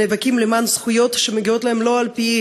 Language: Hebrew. שנאבקים למען זכויות שמגיעות להם לא על-פי